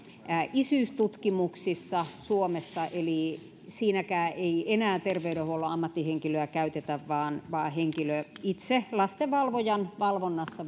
isyystutkimuksissa suomessa eli siinäkään ei enää terveydenhuollon ammattihenkilöä käytetä vaan vaan henkilö itse lastenvalvojan valvonnassa